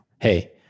Hey